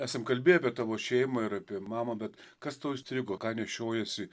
esam kalbėję apie tavo šeimą ir apie mamą bet kas tau užstrigo ką nešiojiesi